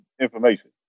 information